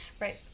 Right